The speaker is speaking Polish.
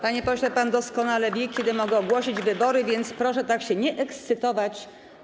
Panie pośle, pan doskonale wie, kiedy mogę ogłosić wybory, więc proszę tak się nie ekscytować.